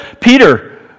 Peter